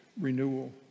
renewal